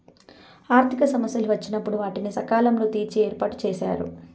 ఆర్థిక సమస్యలు వచ్చినప్పుడు వాటిని సకాలంలో తీర్చే ఏర్పాటుచేశారు